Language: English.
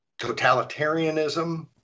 totalitarianism